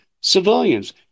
civilians